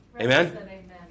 Amen